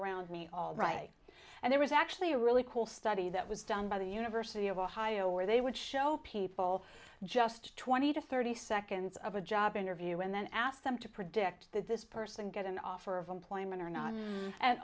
around me all right and there was actually a really cool study that was done by the university of ohio where they would show people just twenty to thirty seconds of a job interview and then ask them to predict that this person get an offer of employment or not